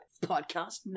podcast